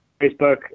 facebook